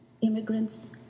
immigrants